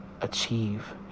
achieve